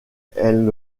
elle